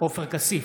עופר כסיף,